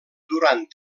durant